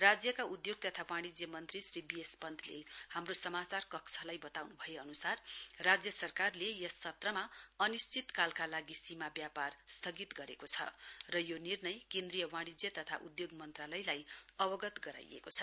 राज्यका उद्योग तथा वाणिज्य मन्त्री श्री बीएस पन्तले हाम्रो समाचार कक्षलाई बताउनु भएअनुसार राज्य सरकारले यस सत्रमा अनिश्चितकालका लागि सीमा व्यापार स्थगित गरेको छ र यो निर्णयबारे केन्द्रीय वाणिज्य तथा उद्योग मन्त्रालयलाई अवगत गराइएको छ